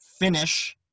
finish